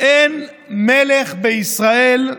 אין מלך בישראל,